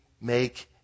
make